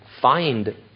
find